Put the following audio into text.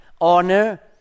honor